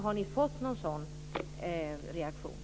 Har ni fått någon sådan reaktion?